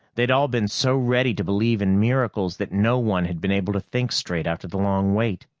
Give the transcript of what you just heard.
they'd all been so ready to believe in miracles that no one had been able to think straight after the long wait.